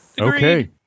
Okay